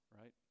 right